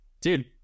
Dude